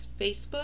Facebook